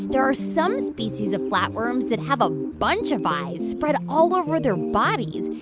there are some species of flatworms that have a bunch of eyes spread all over their bodies,